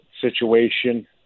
situation